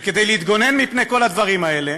כדי להתגונן מפני כל הדברים האלה,